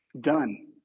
Done